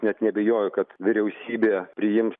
net neabejoju kad vyriausybė priims